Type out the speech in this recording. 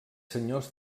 senyors